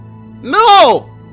no